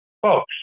folks